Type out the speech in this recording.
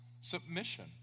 submission